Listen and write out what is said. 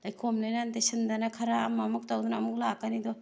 ꯂꯩꯈꯣ ꯂꯩꯅꯥꯡ ꯇꯩꯁꯟꯗꯅ ꯈꯔ ꯑꯃꯃꯨꯛ ꯇꯧꯗꯅ ꯑꯃꯨꯛ ꯂꯥꯛꯀꯅꯤꯗꯣ